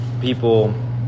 people